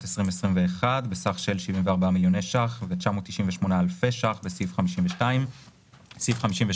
2021 בסך של 74.998 מיליון שקלים בסעיף 52. סעיף 52